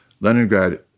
Leningrad